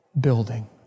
building